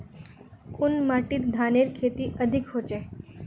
कुन माटित धानेर खेती अधिक होचे?